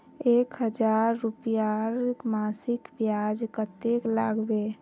एक हजार रूपयार मासिक ब्याज कतेक लागबे?